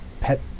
pet